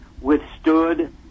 withstood